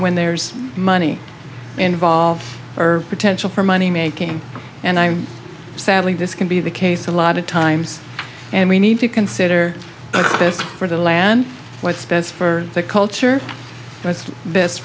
when there's money involved or potential for money making and i sadly this can be the case a lot of times and we need to consider the best for the land what's best for the culture that's best